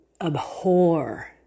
abhor